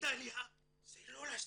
ירידה העלייה זה לא לסטודנטים.